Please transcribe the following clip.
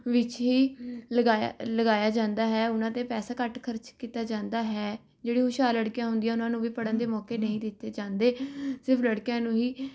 ਵਿੱਚ ਹੀ ਲਗਾਇਆ ਲਗਾਇਆ ਜਾਂਦਾ ਹੈ ਉਹਨਾਂ 'ਤੇ ਪੈਸਾ ਘੱਟ ਖਰਚ ਕੀਤਾ ਜਾਂਦਾ ਹੈ ਜਿਹੜੀ ਹੁਸ਼ਿਆਰ ਲੜਕੀਆਂ ਹੁੰਦੀਆਂ ਉਹਨਾਂ ਨੂੰ ਵੀ ਪੜ੍ਹਨ ਦੇ ਮੌਕੇ ਨਹੀਂ ਦਿੱਤੇ ਜਾਂਦੇ ਸਿਰਫ਼ ਲੜਕਿਆਂ ਨੂੰ ਹੀ